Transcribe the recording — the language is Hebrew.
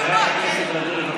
אבל תספקו פתרונות.